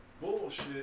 bullshit